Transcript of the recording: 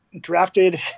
drafted